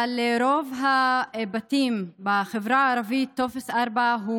אבל לרוב הבתים בחברה הערבית טופס 4 הוא,